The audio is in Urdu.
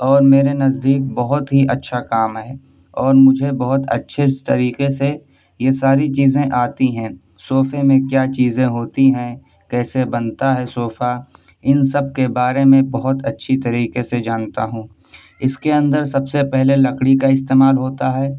اور میرے نزدیک بہت ہی اچّھا کام ہے اور مجھے بہت اچّھے طریقے سے یہ ساری چیزیں آتی ہیں صوفے میں کیا چیزیں ہوتی ہیں کیسے بنتا ہے صوفہ ان سب کے بارے میں بہت اچّھی طریقے سے جانتا ہوں اس کے اندر سب سے پہلے لکڑی کا استعمال ہوتا ہے